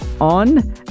on